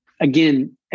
again